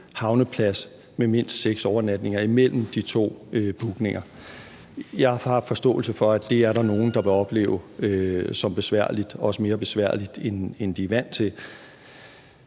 havneplads med mindst seks overnatninger imellem de to bookninger. Jeg har forståelse for, at det er der nogen der vil opleve som besværligt, også mere besværligt, end de er vant til.